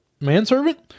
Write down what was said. Manservant